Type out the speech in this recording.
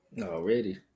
already